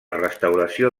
restauració